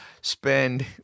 spend